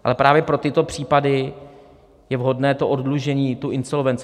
Ale právě pro tyto případy je vhodné oddlužení, ta insolvence.